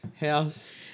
house